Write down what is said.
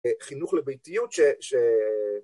חינוך לביתיות